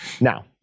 Now